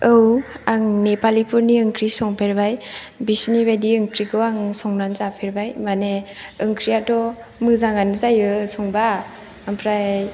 औ आं नेपालिफोरनि ओंख्रि संफेरबाय बिसिनि बायदि ओंख्रिखौ आं संनानै जाफेरबाय माने ओंख्रिआथ' मोजांआनो जायो संबा ओमफ्राय